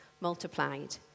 multiplied